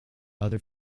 other